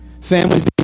Families